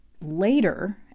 Later